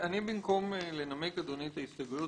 במקום לנמק את ההסתייגויות,